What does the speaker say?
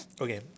Okay